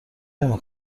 نمی